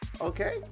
okay